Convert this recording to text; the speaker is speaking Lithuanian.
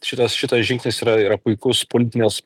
šitas šitas žingsnis yra yra puikus politinės